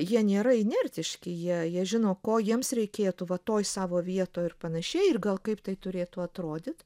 jie nėra inertiški jie jie žino ko jiems reikėtų va toj savo vietoj ir panašiai ir gal kaip tai turėtų atrodyt